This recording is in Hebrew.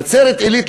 נצרת-עילית,